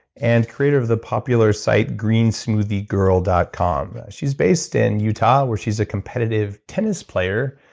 and creator of the popular site greensmoothiegirl dot com. she's based in utah, where she's a competitive tennis player.